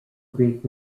greek